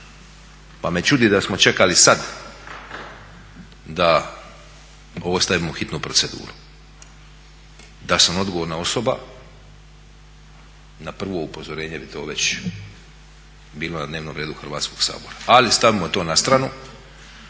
pa me čudi da smo čekali sada da ovo stavimo u hitnu proceduru. Da sam odgovorna osoba na prvo upozorenje već bilo na dnevnom redu Hrvatskog sabora. Ali stavimo to na stranu.